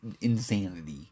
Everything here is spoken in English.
insanity